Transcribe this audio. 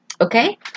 Okay